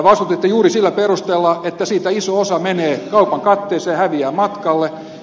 vastustitte juuri sillä perusteella että siitä iso osa menee kaupan katteeseen häviää matkalle